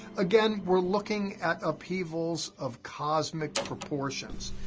again, we're looking at upheavals of cosmic proportions.